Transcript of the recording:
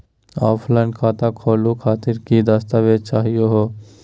Offline खाता खोलहु खातिर की की दस्तावेज चाहीयो हो?